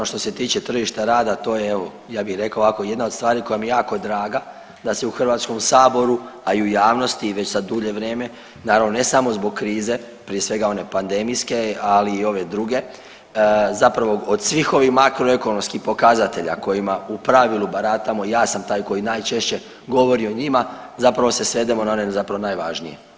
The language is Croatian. Što se tiče tržišta rada to je evo ja bih rekao jedna od stvari koja mi je jako draga da se u Hrvatskom saboru, a i u javnosti već sad dulje vrijeme, naravno ne samo zbog krize prije svega one pandemijske, ali i ove druge zapravo od svih ovih makroekonomskih pokazatelja kojima u pravilu baratamo, ja sam taj koji najčešće govori o njima zapravo se svedemo na one zapravo najvažnije.